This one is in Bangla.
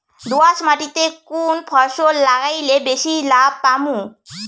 দোয়াস মাটিতে কুন ফসল লাগাইলে বেশি লাভ পামু?